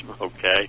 okay